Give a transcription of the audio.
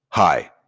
Hi